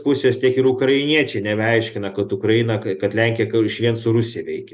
pusės tiek ir ukrainiečiai nebeaiškina kad ukraina kai kad lenkija kai išvien su rusija veikia